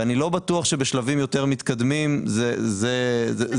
ואני לא בטוח שבשלבים יותר מתקדמים זה בכלל,